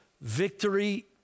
victory